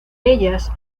ellas